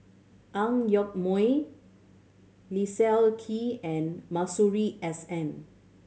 Ang Yoke Mooi Leslie Kee and Masuri S N